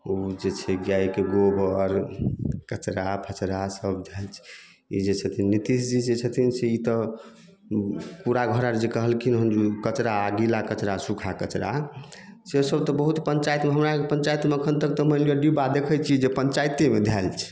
ओ जे छै गायके गोबर कचड़ा फचड़ा सब ई जे छथिन नीतीश जी जे छथिन से ई तऽ कूड़ा घर आर जे कहलखिन कचड़ा गीला कचड़ा सूखा कचड़ा से सब तऽ बहुत पंचायतमे हमरा आरके पंचायतमे अखन तक तऽ मानि लिअ डिब्बा देखै छियै जे पंचायते मे धएल छै